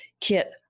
Kit